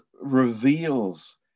reveals